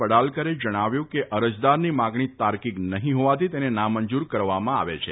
પડાલકરે જણાવ્યું ફતું કે અરજદારની માંગણી તાર્કિક નફી ફોવાથી તેને નામંજુર કરવામાં આવે છે